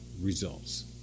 results